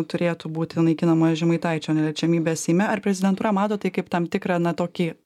turėtų būti naikinama žemaitaičio neliečiamybė seime ar prezidentūra mato tai kaip tam tikrą na tokį